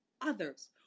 others